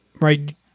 right